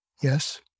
Yes